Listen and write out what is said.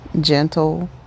gentle